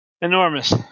enormous